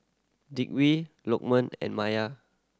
Dwi Lokman and Maya